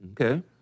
Okay